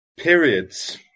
periods